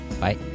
Bye